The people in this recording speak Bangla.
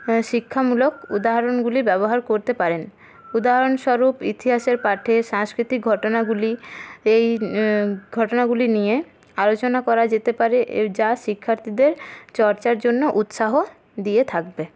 শিক্ষামূলক উদাহরণগুলি ব্যবহার করতে পারেন উদাহরণস্বরূপ ইতিহাসের পাঠে সাংস্কৃতিক ঘটনাগুলি এই ঘটনাগুলি নিয়ে আলোচনা করা যেতে পারে যা শিক্ষার্থীদের চর্চার জন্য উৎসাহ দিয়ে থাকবে